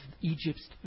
Egypt's